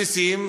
בסיסיים,